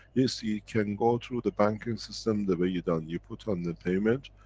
you'll see can go through the banking system, the way you done, you put on the payment,